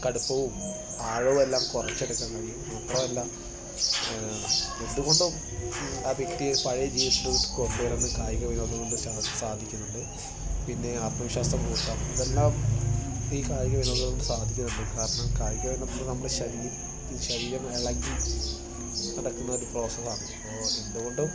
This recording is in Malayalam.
കടുപ്പവും ആഴവുമെല്ലാം കുറച്ചെടുക്കാൻ കഴിയും മാത്രവുമല്ല എന്തുകൊണ്ടും ആ വ്യക്തിയെ പഴയ ജീവിതത്തിലോട്ട് കൊണ്ടുവരാൻ കായികവിനോദം കൊണ്ട് സാ സാധിക്കുന്നുണ്ട് പിന്നെ ആത്മവിശ്വാസം കൂട്ടാം അതെല്ലാം ഈ കായിക വിനോദം കൊണ്ട് സാധിക്കുന്നുണ്ട് കാരണം കായിക വിനോദം നമ്മുടെ ശരീരം ശരീരം ഇളകി നടക്കുന്ന ഒരു പ്രോസസ്സ് ആണ് അപ്പോൾ എന്തുകൊണ്ടും